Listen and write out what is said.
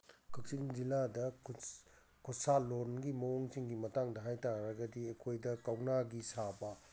ꯀꯛꯆꯤꯡ ꯖꯤꯂꯥꯗ ꯈꯨꯠꯁꯥ ꯂꯣꯟꯒꯤ ꯃꯑꯣꯡꯁꯤꯡꯒꯤ ꯃꯇꯥꯡꯗ ꯍꯥꯏꯇꯥꯔꯒꯗꯤ ꯑꯩꯈꯣꯏꯗ ꯀꯧꯅꯥꯒꯤ ꯁꯥꯕ